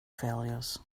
failures